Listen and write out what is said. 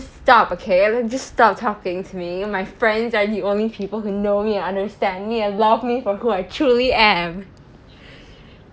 stop okay like just stop talking to me and my friends are the only people who know me and understand me and love me for who I truly am